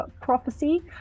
Prophecy